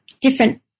different